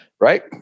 Right